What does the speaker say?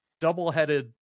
double-headed